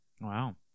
Wow